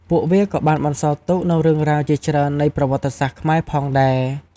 ពួកវាក៏បានបន្សល់ទុកនូវរឿងរ៉ាវជាច្រើននៃប្រវត្តិសាស្ត្រខ្មែរផងដែរ។